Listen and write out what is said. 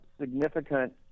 significant